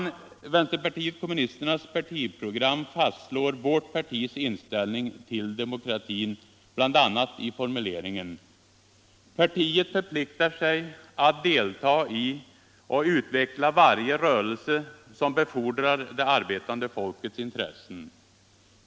I vänsterpartiet kommunisternas partiprogram fastslås partiets inställning till demokratin bl.a. i formuleringen: ”Partiet förpliktar sig att delta i och utveckla varje rörelse, som befordrar det arbetande folkets intressen.